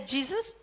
Jesus